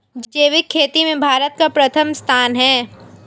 जैविक खेती में भारत का प्रथम स्थान है